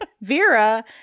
Vera